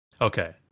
Okay